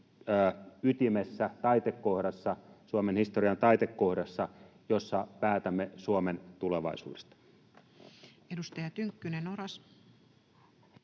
ytimessä, taitekohdassa, Suomen historian taitekohdassa, jossa päätämme Suomen tulevaisuudesta. [Speech 25] Speaker: